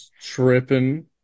Tripping